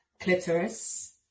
clitoris